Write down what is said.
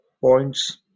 points